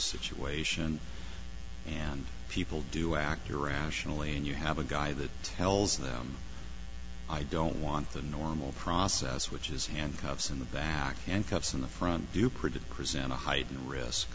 situation and people do act irrationally and you have a guy that tells them i don't want the normal process which is handcuffs in the back and cops in the front do pretty present a heightened risk